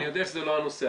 אני יודע שזה לא הנושא,